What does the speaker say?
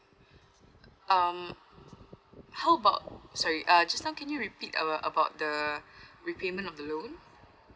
um how about sorry uh just now can you repeat uh about the repayment of the loan